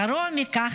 גרוע מכך,